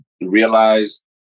realized